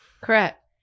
Correct